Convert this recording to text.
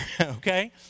okay